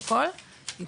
בריאות.